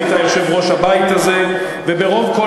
היית יושב-ראש הבית הזה,